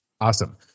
Awesome